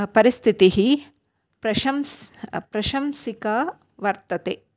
परिस्थितिः प्रशं प्रशंसिका वर्तते